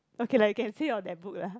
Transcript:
okay lah you can say your that book lah